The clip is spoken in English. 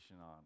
on